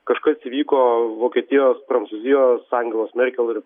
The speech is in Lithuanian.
kažkas įvyko vokietijos prancūzijos angelos merkel ir